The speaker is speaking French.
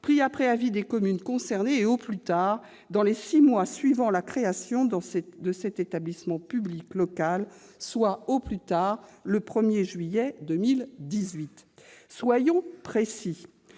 pris après avis des communes concernées et au plus tard dans les six mois suivant la création de cet établissement public local, soit le 1 juillet 2018 ». Soyons précis :